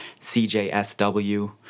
CJSW